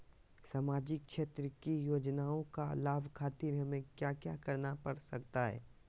सामाजिक क्षेत्र की योजनाओं का लाभ खातिर हमें क्या क्या करना पड़ सकता है?